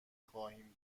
خواهیم